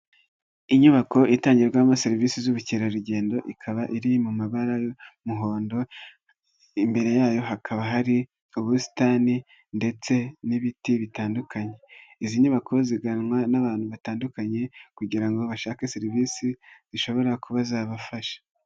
Inyubako itangirwamo serivisi z'ubukerarugendo ikaba iri mu mabara y'umuhondo, imbere yayo hakaba hari ubusitani ndetse n'ibiti bitandukanye, izi nyubako ziganwa n'abantu batandukanye kugira ngo bashake serivisi zishobora kuba zabafasha.